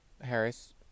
Harris